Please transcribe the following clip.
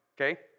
Okay